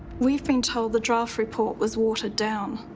we've been told the draft report was watered down.